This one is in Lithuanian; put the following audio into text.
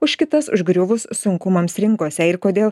už kitas užgriuvus sunkumams rinkose ir kodėl